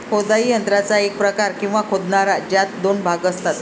खोदाई यंत्राचा एक प्रकार, किंवा खोदणारा, ज्यात दोन भाग असतात